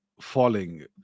falling